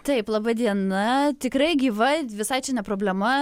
taip laba diena tikrai gyva visai čia ne problema